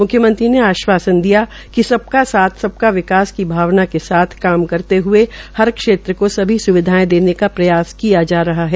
मूख्यमंत्री ने आश्वासन दिया कि सबका साथ सबका विकास की भावना के साथ काम करते हए हर क्षेत्र को सभी सुविधायें देने का प्रयास किया जा रहा है